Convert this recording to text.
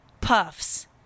puffs